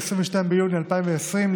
22 ביוני 2020,